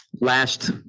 last